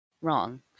wrong